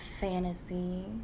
fantasy